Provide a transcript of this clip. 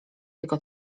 jego